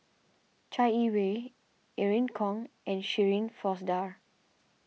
Chai Yee Wei Irene Khong and Shirin Fozdar